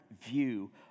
view